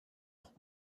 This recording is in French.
ans